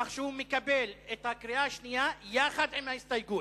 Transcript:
כך שהוא מקבל את הקריאה השנייה יחד עם ההסתייגות.